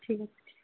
ঠিক আছে